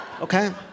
Okay